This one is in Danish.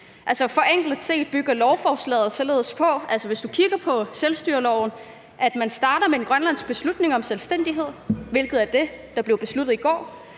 forenkelt set således på, at man starter med en grønlandsk beslutning om selvstændighed, hvilket er det, der blev besluttet i går.